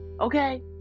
okay